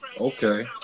okay